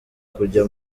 kujya